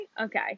Okay